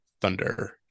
Thunder